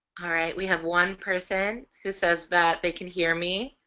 all right we have one person who says that they can hear me.